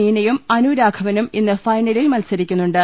നീ നയും അനു രാഘവനും ഇന്ന് ഫൈനലിൽ മത്സരിക്കുന്നുണ്ട്